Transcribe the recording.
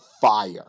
fire